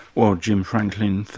well, jim franklin,